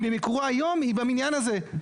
המגמה היום היא דווקא להקטין שטחי שירות תת-קרקעיים,